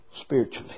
spiritually